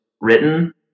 written